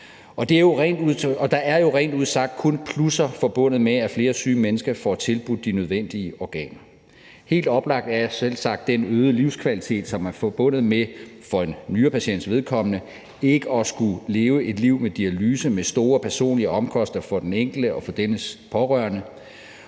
Der er jo rent ud sagt kun plusser forbundet med, at flere syge mennesker får tilbudt de nødvendige organer. Helt oplagt er selvsagt den øgede livskvalitet, som er forbundet med, for en nyrepatients vedkommende, ikke at skulle leve et liv med dialyse med store personlige omkostninger for den enkelte og for dennes pårørende.